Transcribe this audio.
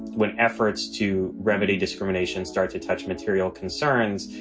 win efforts to remedy discrimination, start to touch material concerns,